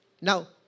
Now